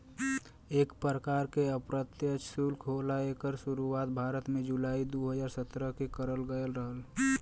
एक परकार के अप्रत्यछ सुल्क होला एकर सुरुवात भारत में जुलाई दू हज़ार सत्रह में करल गयल रहल